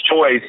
choice